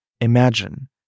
Imagine